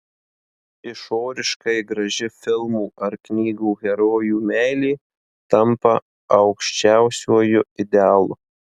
išoriškai graži filmų ar knygų herojų meilė tampa aukščiausiuoju idealu